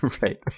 right